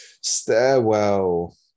stairwell